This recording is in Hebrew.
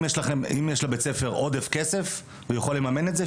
אם יש לבית הספר עודף כסף והוא יכול לממן את זה,